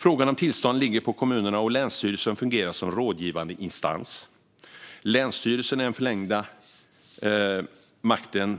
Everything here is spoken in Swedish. Frågan om tillstånd ligger på kommunerna, och länsstyrelsen fungerar som en rådgivande instans. Länsstyrelsen, som är den förlängda makten